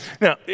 Now